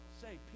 say